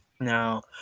Now